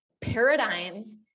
paradigms